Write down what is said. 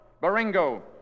Baringo